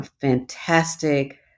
fantastic